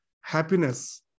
happiness